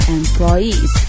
employees